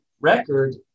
record